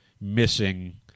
missing